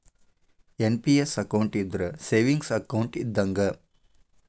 NPS account ಇದ್ರ savings account ಇದ್ದಂಗ